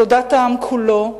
תודת העם כולו לחייליו.